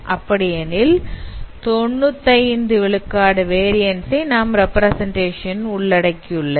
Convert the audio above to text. அப்படி எனில் 95 விழுக்காடு வேரியன்ஸ் ஐ நமது ரெப்பிரசன்டேஷன் உள்ளடக்கியுள்ளது